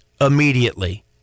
immediately